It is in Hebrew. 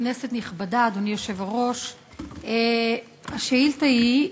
כנסת נכבדה, אדוני היושב-ראש, השאילתה היא: